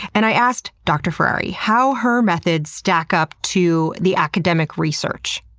and i asked dr. ferrari how her methods stack up to the academic research.